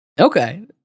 Okay